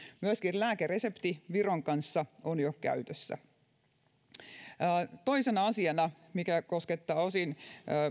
myöskin lääkeresepti viron kanssa on jo käytössä toinen asia mikä koskettaa osin